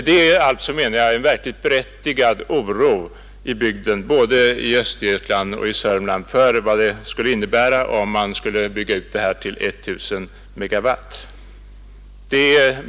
Det finns alltså, menar jag, en verkligt berättigad oro i bygden, både i Östergötland och i Sörmland, för vad det skulle innebära om man skulle bygga ut till I 000 MW.